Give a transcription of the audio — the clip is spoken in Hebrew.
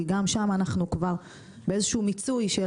כי גם שם אנחנו כבר באיזשהו מיצוי של